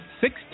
six